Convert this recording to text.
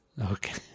okay